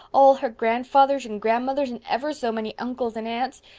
all her grandfathers and grandmothers and ever so many uncles and aunts.